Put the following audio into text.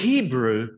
Hebrew